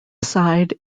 side